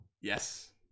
Yes